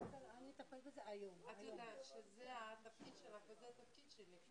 בסך הכל מעטפת של 50 מיליון ₪ בכל שנה רק לבודדים משוחררים.